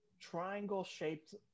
triangle-shaped